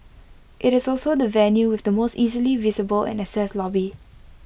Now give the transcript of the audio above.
IT is also the venue with the most easily visible and accessed lobby